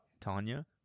tanya